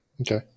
Okay